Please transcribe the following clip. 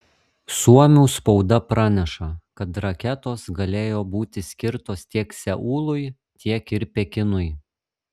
suomių spauda praneša kad raketos galėjo būti skirtos tiek seului tiek ir pekinui